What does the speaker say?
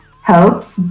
helps